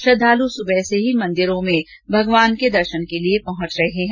श्रद्धाल् सुबह से ही मंदिरों में ठाकुर जी के दर्शन के लिये पहुंच रहे है